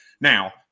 now